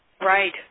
right